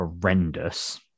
horrendous